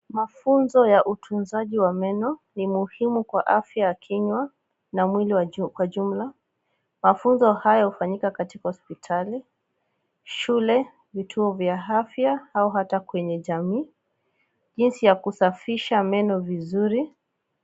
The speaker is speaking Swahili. Mafunzo ya utunzaji wa meno ni muhimu kwa afya ya kinywa na mwili kwa jumla. Mafunzo haya hufanyika katika hospitali, shule , vituo vya afya au hata kwenye jamii, jinsi ya kusafisha meno vizuri.